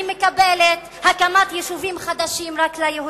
אני מקבלת הקמת יישובים חדשים רק ליהודים,